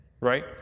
right